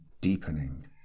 deepening